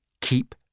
keep